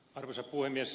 arvoisa puhemies